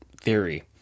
theory